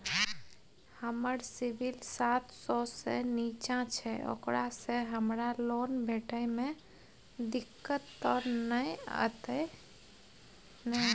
हमर सिबिल सात सौ से निचा छै ओकरा से हमरा लोन भेटय में दिक्कत त नय अयतै ने?